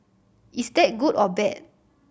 is that good or bad